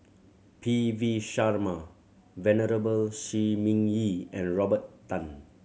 P V Sharma Venerable Shi Ming Yi and Robert Tan